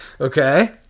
Okay